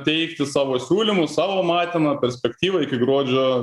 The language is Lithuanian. teikti savo siūlymus savo matymą perspektyvą iki gruodžio